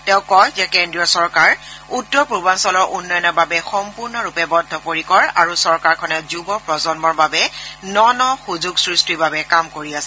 তেওঁ কয় যে কেন্দ্ৰীয় চৰকাৰ উত্তৰ পূৰ্বাঞলৰ উন্নয়নৰ বাবে সম্পূৰ্ণৰূপে বদ্ধপৰিকৰ আৰু চৰকাৰখনে যুৱ প্ৰজন্মৰ বাবে ন ন সুযোগ সৃষ্টিৰ বাবে কাম কৰি আছে